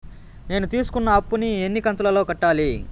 నేను తీసుకున్న అప్పు ను ఎన్ని కంతులలో కట్టాలి?